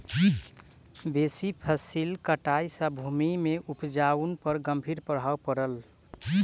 बेसी फसिल कटाई सॅ भूमि के उपजाऊपन पर गंभीर प्रभाव पड़ल